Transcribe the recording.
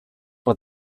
but